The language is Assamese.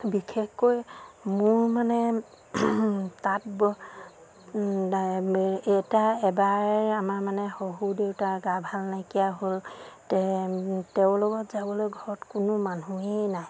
বিশেষকৈ মোৰ মানে তাঁত এটা এবাৰ আমাৰ মানে শহুৰ দেউতাৰ গা ভাল নাইকিয়া হ'ল তেওঁৰ লগত যাবলৈ ঘৰত কোনো মানুহেই নাই